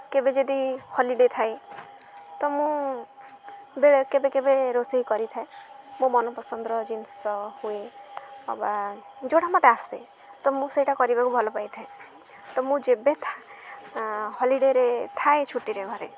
କେବେ ଯଦି ହୋଲିଡେ ଥାଏ ତ ମୁଁ ବେଳେ କେବେ କେବେ ରୋଷେଇ କରିଥାଏ ମୋ ମନ ପସନ୍ଦର ଜିନିଷ ହୁଏ ଅବା ଯେଉଁଟା ମୋତେ ଆସେ ତ ମୁଁ ସେଇଟା କରିବାକୁ ଭଲପାଇଥାଏ ତ ମୁଁ ଯେବେ ଥାଏ ହୋଲିଡେରେ ଥାଏ ଛୁଟିରେ ଘରେ